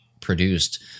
produced